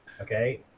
okay